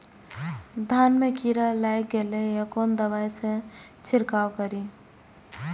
धान में कीरा लाग गेलेय कोन दवाई से छीरकाउ करी?